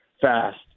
fast